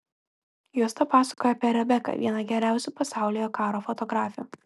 juosta pasakoja apie rebeką vieną geriausių pasaulyje karo fotografių